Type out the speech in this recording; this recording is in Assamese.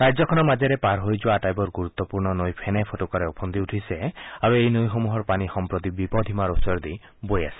ৰাজ্যখনৰ মাজেৰে পাৰ হৈ যোৱা প্ৰায় আটাইবোৰ গুৰুত্বপূৰ্ণ নৈ ফেনে ফোটোকাৰে ওফন্দি উঠিছে আৰু এই নৈসমূহৰ পানী সম্প্ৰতি বিপদসীমাৰ ওচৰেদি বৈ আছে